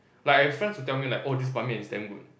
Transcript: like I have friends who to tell me like oh this Ban-Mian is damn good